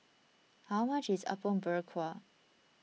how much is Apom Berkuah